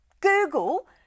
Google